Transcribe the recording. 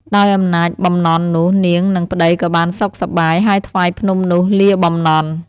ដោយអំណាចបំណន់នោះ នាងនឹងប្តីក៏បានសុខសប្បាយ ហើយថ្វាយភ្នំនោះលាបំណន់ ។